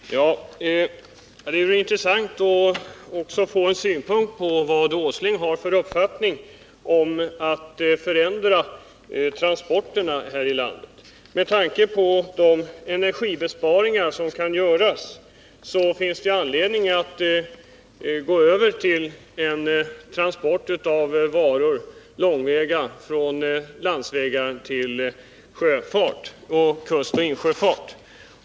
Herr talman! Det skulle vara intressant att också få veta vad Nils Åsling har för uppfattning när det gäller att förändra transporterna här i landet. Med tanke på de energibesparingar som kan göras finns det anledning att föra över långväga transporter från landsvägar till kustoch insjöfart.